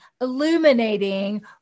illuminating